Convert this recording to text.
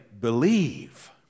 believe